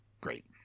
great